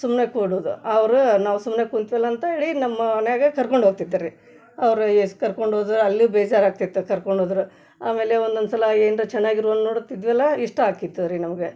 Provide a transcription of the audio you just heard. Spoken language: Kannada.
ಸುಮ್ಮನೆ ಕೂಡೋದು ಅವ್ರೇ ನಾವು ಸುಮ್ಮನೆ ಕೂತ್ವಲ್ಲ ಅಂತ ಹೇಳಿ ನಮ್ಮ ಮನೆಗೆ ಕರ್ಕೊಂಡು ಹೋಗ್ತಿದ್ದರೀ ಅವರು ಎಸ್ ಕರ್ಕೊಂಡೋದರೂ ಅಲ್ಲಿ ಬೇಜಾರಾಗ್ತಿತ್ತು ಕರ್ಕೊಂಡೋದ್ರೆ ಆಮೇಲೆ ಒಂದೊಂದ್ಸಲ ಏನರ ಚೆನ್ನಾಗಿರುವನ್ನು ನೋಡ್ತಿದ್ವಲ್ಲ ಇಷ್ಟ ಆಕಿತ್ತು ರೀ ನಮಗೆ